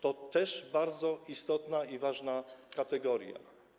To też bardzo istotna, ważna kategoria.